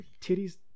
titties